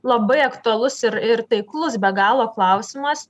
labai aktualus ir ir taiklus be galo klausimas